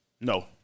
No